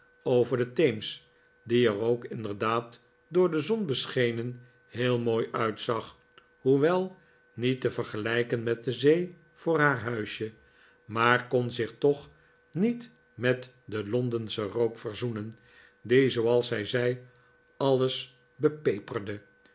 over de theems die er ook inderdaad door de zon beschenen heel mooi uitzag hoewel niet te k vergelijken met de zee voor haar huisje maar kon zich toch niet met den londenschen rook verzoenen die zooals zij zei alles